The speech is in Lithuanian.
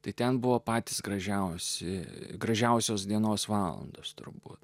tai ten buvo patys gražiausi gražiausios dienos valandos turbūt